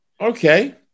Okay